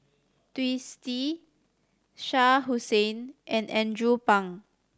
Twisstii Shah Hussain and Andrew Phang